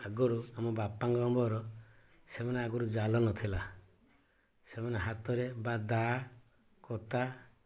ଆଗରୁ ଆମ ବାପାଙ୍କର ମୋର ସେମାନେ ଆଗରୁ ଜାଲ ନଥିଲା ସେମାନେ ହାତରେ ବା ଦାଆ କତା